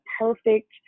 perfect